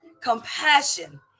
compassion